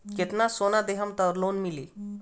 कितना सोना देहम त लोन मिली?